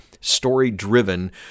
story-driven